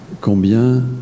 combien